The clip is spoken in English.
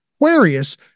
Aquarius